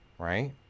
right